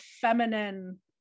feminine